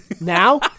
Now